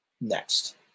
Next